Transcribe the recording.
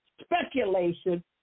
speculation